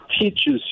teaches